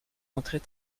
montrer